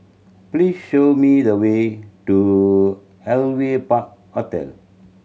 please show me the way to Aliwal Park Hotel